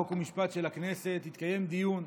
חוק ומשפט של הכנסת התקיים דיון,